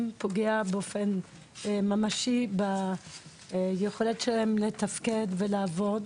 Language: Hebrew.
פוגע באופן ממשי ביכולת שלהם לתפקד ולעבוד.